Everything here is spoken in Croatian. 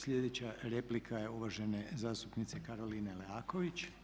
Slijedeća replika je uvažene zastupnice Karoline Leaković.